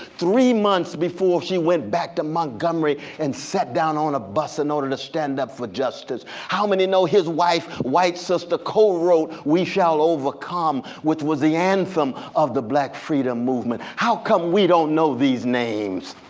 three months before she went back to montgomery montgomery and sat down on a bus in order to stand up for justice. how many know his wife, white sister, co-wrote we shall overcome, which was the anthem of the black freedom movement? how come we don't know these names?